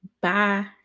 Bye